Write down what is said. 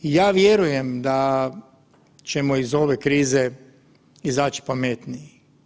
I ja vjerujem da ćemo iz ove krize izaći pametniji.